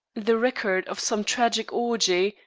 the record of some tragic orgy,